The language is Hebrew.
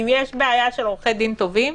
אם יש בעיה של עורכי דין טובים,